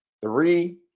Three